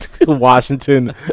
Washington